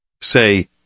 Say